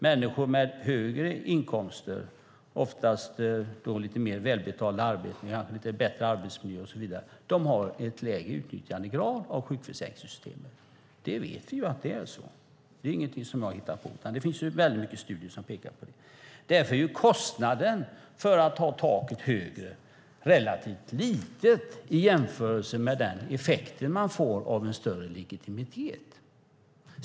Människor med högre inkomster, lite mer välbetalda arbeten, bättre arbetsmiljö och så vidare har en lägre utnyttjandegrad av sjukförsäkringssystemet. Vi vet att det är så; det är ingenting som jag har hittat på utan det finns många studier som pekar på det. Därför är kostnaden för att ha taket högre relativt liten i jämförelse med den effekt man får av en högre legitimitet.